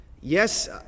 Yes